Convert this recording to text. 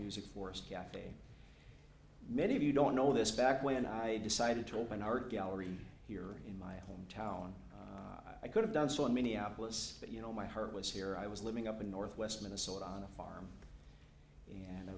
music forest cafe many of you don't know this back when i decided to open our gallery here in my home town i could have done so in minneapolis but you know my heart was here i was living up in northwest minnesota on a farm and i